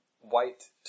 White